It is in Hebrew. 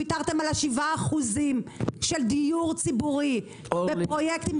ויתרתם על ה-7% של דיור ציבורי בפרויקטים,